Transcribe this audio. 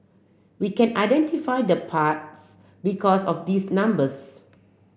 we can identify the parts because of these numbers